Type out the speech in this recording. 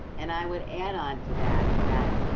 and i would add on to that that,